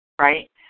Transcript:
right